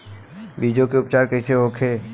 बीजो उपचार कईसे होखे?